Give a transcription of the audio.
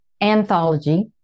anthology